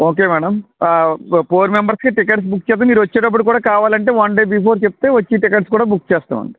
okay madam four మెంబర్స్కి tickets book చేస్తాము కావాలి అంటే మీరు వచ్చేటప్పుడు కూడా కావాలి అంటే వన్ డే బిఫోర్ చెప్తే వచ్చే టికెట్స్ కూడా బుక్ చేస్తాము అండి